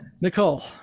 Nicole